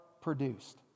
produced